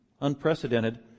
unprecedented